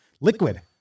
liquid